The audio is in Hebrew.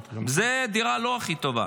זו לא הדירה הכי טובה.